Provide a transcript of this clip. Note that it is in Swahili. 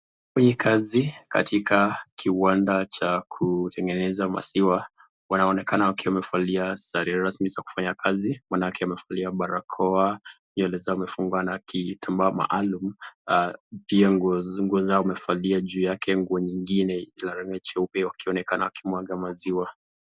Wafanyakazi katika kiwanda cha kutengeneza maziwa wanaonekana wakiwa wamevalia sare rasmi za kufanya kazi maanake wamevalia barakoa, nywele zao wamefunga na kitambaa maalum pia nguo zao wamevalia juu yake ya rangi cheupe wakionekana wakimwaga maziwa.